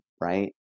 right